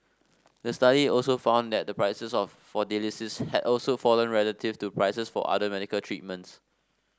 the study also found that the prices of for dialysis had also fallen relative to prices for other medical treatments